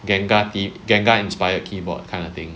gengar theme gengar inspired keyboard kind of thing